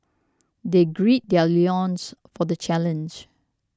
they gird their loins for the challenge